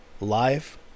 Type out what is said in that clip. live